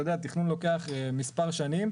אתה יודע, תכנון לוקח כמה שנים.